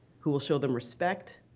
who will show them respect,